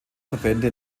verbände